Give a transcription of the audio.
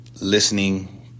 listening